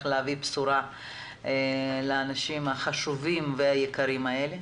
להביא בשורה לאנשים החשובים והיקרים האלה.